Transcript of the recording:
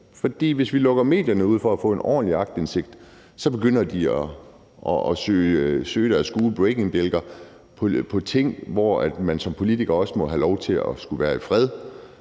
hvis vi lukker medierne ude fra at få en ordentlig aktindsigt, så begynder de at bruge deres gule breaking news-bjælker om ting, hvor man som politiker også skal have lov til at være i fred